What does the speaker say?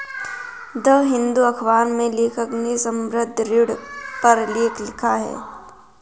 the Hindu अखबार में लेखक ने संबंद्ध ऋण पर लेख लिखा